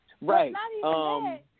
Right